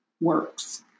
works